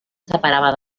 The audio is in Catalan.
separava